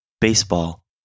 baseball